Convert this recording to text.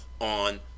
on